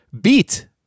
beat